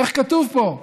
איך כתוב פה?